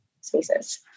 spaces